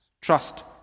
Trust